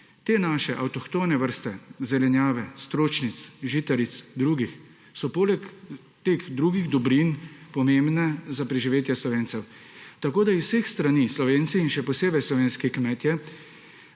Te naše avtohtone vrste zelenjave, stročnic, žitaric, drugih so poleg drugih dobrin pomembne za preživetje Slovencev. Tako da z vseh strani Slovenci in še posebej slovenski kmetje